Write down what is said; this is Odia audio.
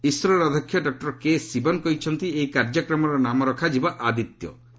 ଇସ୍ରୋର ଅଧ୍ୟକ୍ଷ ଡକ୍ଟର କେଶିବନ୍ କହିଛନ୍ତି ଏହି କାର୍ଯ୍ୟକ୍ରମର ନାମ ରଖାଯିବ 'ଆଦିତ୍ୟ'